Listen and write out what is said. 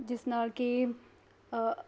ਜਿਸ ਨਾਲ ਕਿ